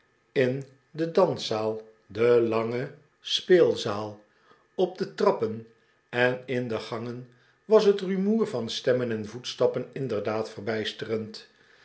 in de danszaal de lange speelzaal op de trappen en in de gangen was het rumoer van stemmen en voetstappen inderdaad verbijsterend